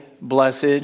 blessed